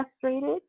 frustrated